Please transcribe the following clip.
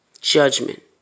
judgment